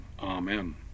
Amen